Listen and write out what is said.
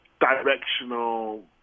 directional